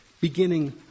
beginning